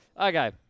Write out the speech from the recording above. Okay